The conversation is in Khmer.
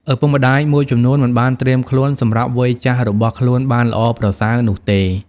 ឪពុកម្ដាយមួយចំនួនមិនបានត្រៀមខ្លួនសម្រាប់វ័យចាស់របស់ខ្លួនបានល្អប្រសើរនោះទេ។